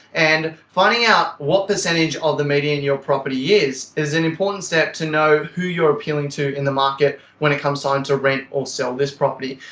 and finding out what percentage of the median your property is is an important step to know who you're appealing to in the market when it comes on to rent or sell this property.